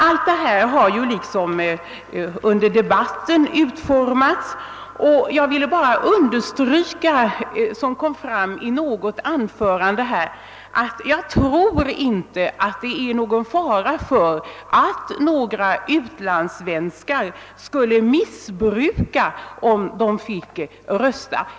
Allt detta har ju redan framhållits i debatten, och jag vill bara erinra om vad som sades i ett anförande, nämligen att det säkert inte är någon fara för att utlandssvenskarna skulle missbruka sin rösträtt.